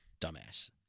Dumbass